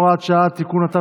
הוראת שעה) (תיקון),